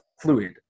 fluid